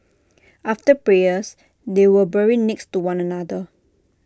after prayers they were buried next to one another